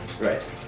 Right